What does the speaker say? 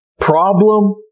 problem